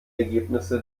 ergebnisse